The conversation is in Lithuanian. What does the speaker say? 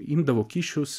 imdavo kyšius